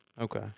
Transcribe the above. Okay